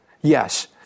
Yes